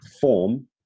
form